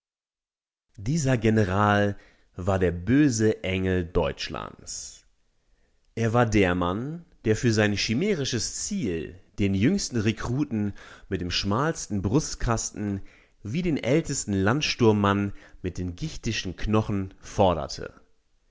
dieser general war der böse engel deutschlands er war der mann der für ein schimärisches ziel den jüngsten rekruten mit dem schmalsten brustkasten wie den ältesten landsturmmann mit den gichtischen knochen forderte